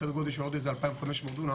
סדר גודל של עוד איזה 2,500 דונם.